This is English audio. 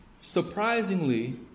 Surprisingly